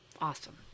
awesome